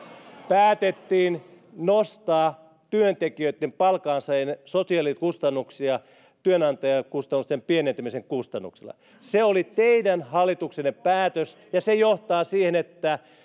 päätettiin nostaa työntekijöitten palkansaajien sosiaalikustannuksia työnantajakustannusten pienentymisen kustannuksella se oli teidän hallituksenne päätös ja se johtaa siihen että